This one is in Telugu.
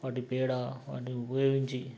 వాటి పేడ వాటివి ఉపయోగించి